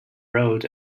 road